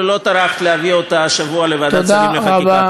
לא טרחת להביא אותה השבוע לוועדת שרים לחקיקה.